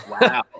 Wow